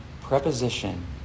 preposition